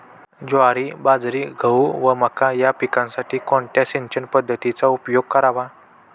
ज्वारी, बाजरी, गहू व मका या पिकांसाठी कोणत्या सिंचन पद्धतीचा उपयोग करावा?